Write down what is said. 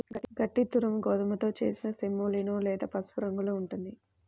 గట్టి దురుమ్ గోధుమతో చేసిన సెమోలినా లేత పసుపు రంగులో ఉంటుంది